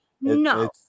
No